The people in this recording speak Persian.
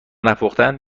نپختن